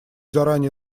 заранее